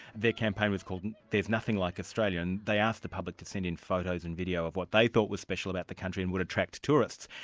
campaign was called there's nothing like australia, and they asked the public to send in photos and video of what they thought was special about the country and would attract tourists.